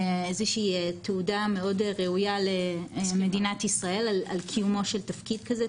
איזושהי תעודה מאוד ראויה למדינת ישראל על קיומו של תפקיד כזה,